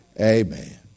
Amen